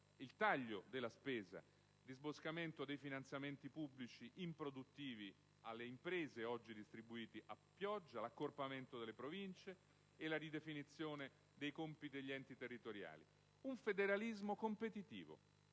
il taglio della spesa) dei finanziamenti pubblici improduttivi alle imprese, oggi distribuiti a pioggia; all'accorpamento delle Province e alla ridefinizione dei compiti degli enti territoriali; ad un federalismo competitivo,